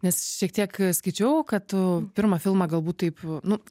nes šiek tiek skaičiau kad tu pirmą filmą galbūt taip nu